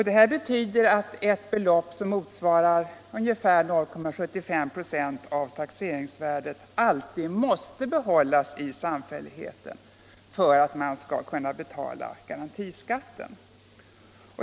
Det betyder att ett belopp som motsvarar ungefär 0,75 96 av taxeringsvärdet alltid måste behållas i samfälligheten för att man skall kunna betala garantiskatten.